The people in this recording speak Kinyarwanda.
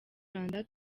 rwanda